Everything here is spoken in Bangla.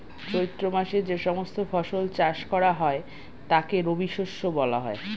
চৈত্র মাসে যে সমস্ত ফসল চাষ করা হয় তাকে রবিশস্য বলা হয়